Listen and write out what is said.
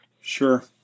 Sure